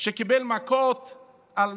שקיבל מכות על